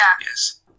Yes